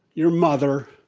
your mother,